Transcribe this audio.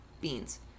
beans